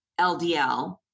LDL